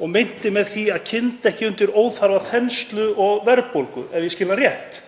og meinti með því að kynda ekki undir óþarfa þenslu og verðbólgu ef ég skil það rétt.